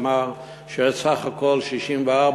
אמר שיש סך הכול 64,000